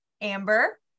Amber